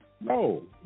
No